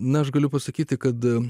na aš galiu pasakyti kad